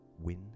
win